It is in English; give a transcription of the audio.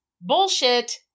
Bullshit